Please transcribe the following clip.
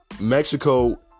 Mexico